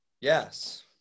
yes